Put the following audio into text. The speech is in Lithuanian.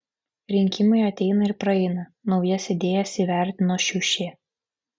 rinkimai ateina ir praeina naujas idėjas įvertino šiušė